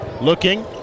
looking